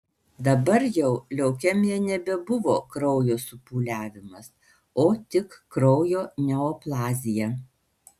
dabar jau leukemija nebebuvo kraujo supūliavimas o tik kraujo neoplazija